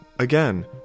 Again